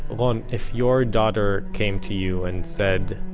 ron, if your daughter came to you and said,